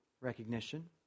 recognition